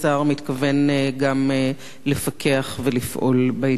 מתכוון גם לפקח ולפעול בעניין הזה.